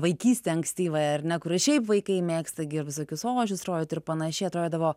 vaikystę ankstyvąją ar ne kur ir šiaip vaikai mėgsta visokius ožius rodyti ir panašiai atrodydavo